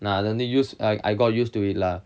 நா அது வந்து:na athu vanthu used I got used to it lah